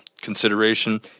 consideration